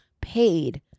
Paid